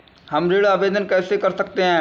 हम ऋण आवेदन कैसे कर सकते हैं?